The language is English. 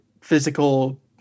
physical